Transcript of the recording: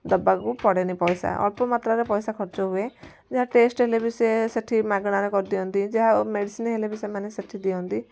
ଦବାକୁ ପଡ଼େନି ପଇସା ଅଳ୍ପ ମାତ୍ରାରେ ପଇସା ଖର୍ଚ୍ଚ ହୁଏ ଯାହା ଟେଷ୍ଟ ହେଲେବି ସେ ସେଇଠି ମାଗଣାରେ କରି ଦିଅନ୍ତି ଯାହା ମେଡ଼ିସିନ ହେଲେ ବି ସେମାନେ ସେଇଠି ଦିଅନ୍ତି